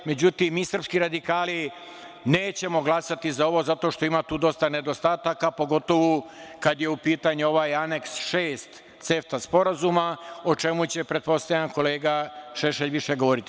Međutim, mi srpski radikali nećemo glasati za ovo zato što ima tu dosta nedostataka, a pogotovo kad je u pitanju ovaj Aneks 6 CEFTA sporazuma, o čemu će, pretpostavljam, kolega Šešelj više govoriti.